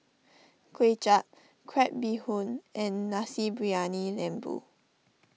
Kuay Chap Crab Bee Hoon and Nasi Briyani Lembu